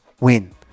win